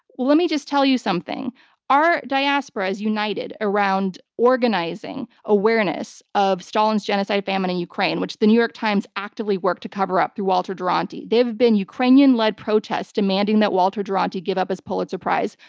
let me just tell you something our diaspora is united around organizing awareness of stalin's genocide famine in ukraine, which the new york times actively worked to cover up through walter duranty. there have been ukrainian-led protests demanding that walter duranty give up his pulitzer prize.